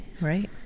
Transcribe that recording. Right